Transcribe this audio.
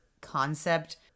concept